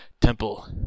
temple